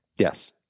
Yes